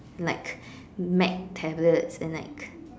like Mac tablets and like